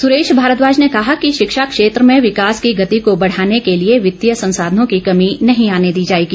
सुरेश भारद्वाज ने कहा कि शिक्षा क्षेत्र में विकास की गति को बढाने के लिए वित्तीय संसाधनों की कमी नहीं आने दी जाएगी